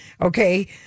Okay